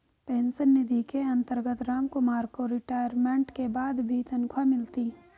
pension निधि के अंतर्गत रामकुमार को रिटायरमेंट के बाद भी तनख्वाह मिलती